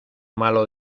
malo